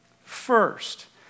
First